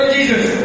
Jesus